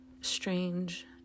strange